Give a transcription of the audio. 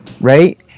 Right